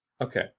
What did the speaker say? Okay